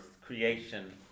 creation